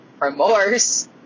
remorse